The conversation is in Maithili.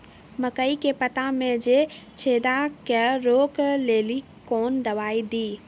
मकई के पता मे जे छेदा क्या रोक ले ली कौन दवाई दी?